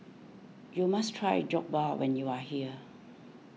you must try Jokbal when you are here